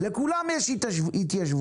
לכולם יש התיישבות,